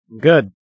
Good